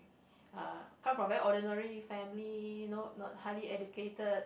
uh come from very ordinary family no not highly educated